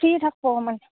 free থাকিব অকণমান